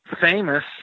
famous